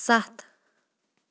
سَتھ